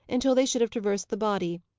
until they should have traversed the body,